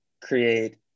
create